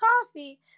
coffee